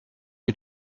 que